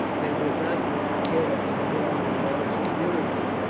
they would not care to dwell in large communities.